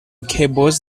cables